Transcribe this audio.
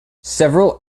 several